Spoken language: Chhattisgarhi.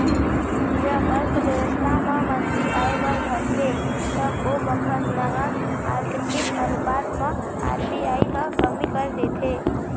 जब अर्थबेवस्था म मंदी आय बर धरथे तब ओ बखत नगद आरक्छित अनुपात म आर.बी.आई ह कमी कर देथे